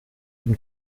dem